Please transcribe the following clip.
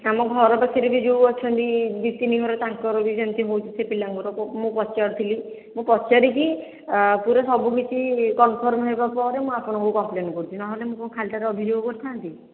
ଆମ ଘର ପାଖରେ ବି ଯେଉଁ ଅଛନ୍ତି ଦୁଇ ତିନି ଘର ତାଙ୍କର ବି ସେମିତି ହେଉଛି ସେ ପିଲାଙ୍କର ମୁଁ ପଚାରୁଥିଲି ମୁଁ ପଚାରିକି ପୁରା ସବୁକିଛି କନ୍ଫର୍ମ୍ ହେବା ପରେ ମୁଁ ଆପଣଙ୍କୁ କମ୍ପ୍ଲେନ୍ କରୁଛି ନହେଲେ ମୁଁ କ'ଣ ଖାଲିଟାରେ ଅଭିଯୋଗ କରିଥାନ୍ତି